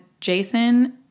Jason